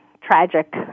tragic